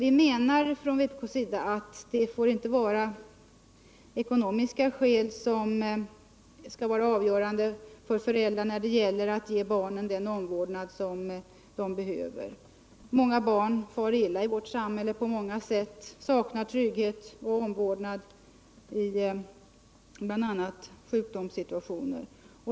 Inom vpk menar vi att inte ekonomiska skäl skall vara avgörande för förälder när det gäller att ge barnen den omvårdnad de behöver. Många barn far illa i vårt samhälle på olika sätt; de saknar trygghet och omvårdnad bl.a. i sjukdomssituationer.